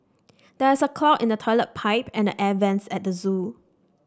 there is a clog in the toilet pipe and the air vents at the zoo